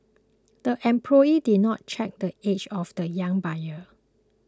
the employee did not check the age of the young buyer